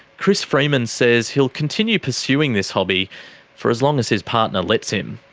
chris freeman says he'll continue pursuing this hobby for as long as his partner lets him.